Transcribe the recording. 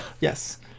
Yes